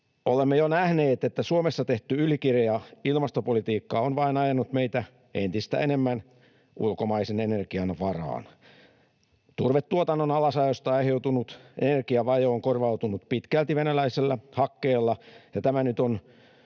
Olemme jo nähneet, että Suomessa tehty ylikireä ilmastopolitiikka on vain ajanut meitä entistä enemmän ulkomaisen energian varaan. Turvetuotannon alasajosta aiheutunut energiavaje on korvautunut pitkälti venäläisellä hakkeella, ja tämä nyt on